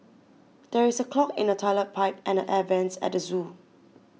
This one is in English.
there is a clog in the Toilet Pipe and the Air Vents at the zoo